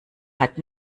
hat